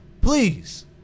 Please